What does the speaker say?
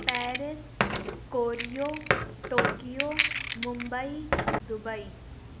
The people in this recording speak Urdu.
پیرس کوریو ٹوکیو ممبئی دبئی